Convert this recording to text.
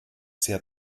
sehr